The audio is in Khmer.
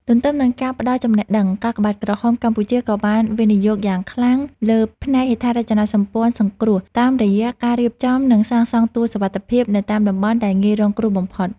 ទន្ទឹមនឹងការផ្តល់ចំណេះដឹង កាកបាទក្រហមកម្ពុជាក៏បានវិនិយោគយ៉ាងខ្លាំងលើផ្នែកហេដ្ឋារចនាសម្ព័ន្ធសង្គ្រោះ តាមរយៈការរៀបចំ និងសាងសង់ទួលសុវត្ថិភាពនៅតាមតំបន់ដែលងាយរងគ្រោះបំផុត។